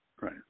Right